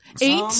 Eight